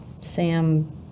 Sam